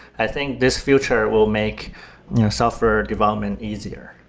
i think this future will make you know software development easier,